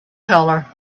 color